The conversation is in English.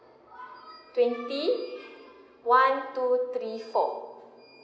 twenty one two three four